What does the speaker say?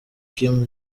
kim